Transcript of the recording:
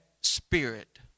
spirit